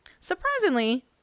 surprisingly